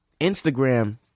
Instagram